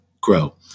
grow